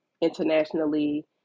internationally